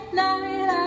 night